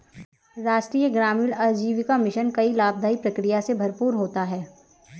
राष्ट्रीय ग्रामीण आजीविका मिशन कई लाभदाई प्रक्रिया से भरपूर होता है